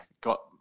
got